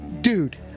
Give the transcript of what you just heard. dude